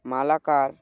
Malakar